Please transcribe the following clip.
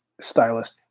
stylist